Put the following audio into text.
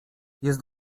jest